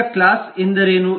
ಈಗ ಕ್ಲಾಸ್ ಎಂದರೆ ಏನು